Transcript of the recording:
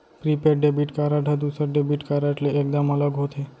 prepaid debit card ह दूसर debit card ले एकदम अलग होथे